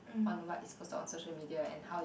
on what is posted on social media and how this